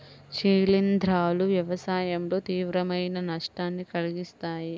శిలీంధ్రాలు వ్యవసాయంలో తీవ్రమైన నష్టాన్ని కలిగిస్తాయి